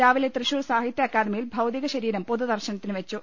രാവിലെ തൃശ്ശൂർ സാഹിത്യ അക്കാദമിയിൽ ഭൌതിക ശരീരം പൊതുദർശനത്തിന് വെച്ചു